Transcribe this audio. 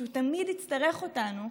שהוא תמיד יצטרך אותנו,